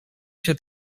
się